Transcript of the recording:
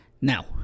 Now